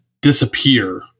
disappear